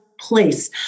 place